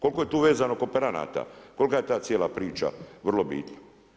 Koliko je tu vezano kooperanta, kolika je ta cijela priča vrlo bitna.